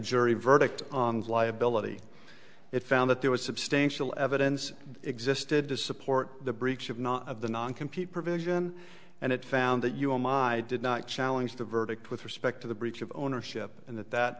jury verdict on liability it found that there was substantial evidence existed to support the breach of not of the non compete provision and it found that you will my did not challenge the verdict with respect to the breach of ownership and that that